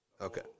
Okay